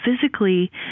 Physically